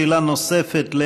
שאלה נוספת,